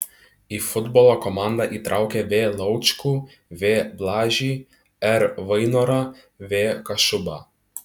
į futbolo komandą įtraukė v laučkų v blažį r vainorą v kašubą